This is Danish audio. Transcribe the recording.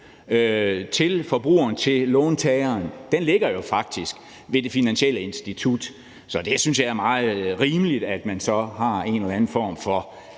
til forbrugeren, til låntagere faktisk ved det finansielle institut. Så jeg synes, det er meget rimeligt, at man så har en eller anden form for